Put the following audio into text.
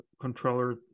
controller